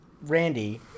Randy